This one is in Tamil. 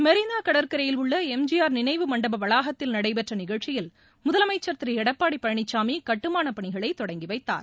மெரினா கடற்கரையில் உள்ள எம் ஜி ஆர் நினைவு மண்டப வளாகத்தில் நடைபெற்ற நிஷழ்ச்சியில் முதலமைச்ச் திரு எடப்பாடி பழனிசாமி கட்டுமானப் பணிகளை தொடங்கி வைத்தார்